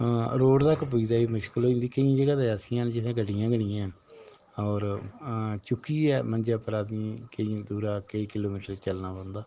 अ road तक पुज्जदे बी मुश्कल होई जंदी केईं जगह् ते ऐसियां न जि'त्थें गड्डियां गै निं हैन होर चुक्कियै मंजे उप्परा केइयें दूरा केईं किलोमीटर चलना पौंदा